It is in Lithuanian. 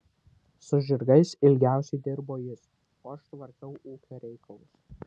su žirgais daugiausiai dirbo jis o aš tvarkiau ūkio reikalus